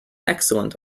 excellent